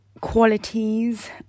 qualities